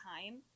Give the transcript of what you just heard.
time